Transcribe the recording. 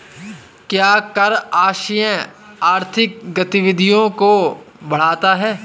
क्या कर आश्रय आर्थिक गतिविधियों को बढ़ाता है?